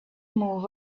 move